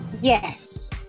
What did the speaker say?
Yes